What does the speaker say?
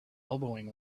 elbowing